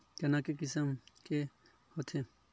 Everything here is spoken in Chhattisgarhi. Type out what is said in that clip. चना के किसम के होथे?